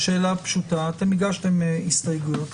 אתם הגשתם הסתייגויות,